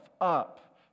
up